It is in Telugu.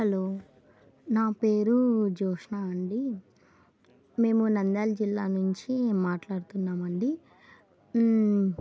హలో నా పేరు జ్యోష్నా అండి మేము నంద్యాల జిల్లా నుంచి మాట్లాడుతున్నామండి